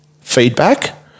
feedback